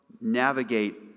navigate